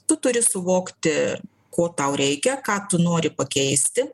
tu turi suvokti ko tau reikia ką tu nori pakeisti